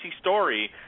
story